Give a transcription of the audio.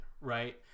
right